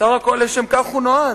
סך הכול לשם כך הוא נועד,